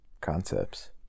concepts